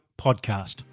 podcast